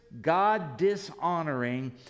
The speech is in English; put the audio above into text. God-dishonoring